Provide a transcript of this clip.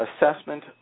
assessment